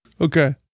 okay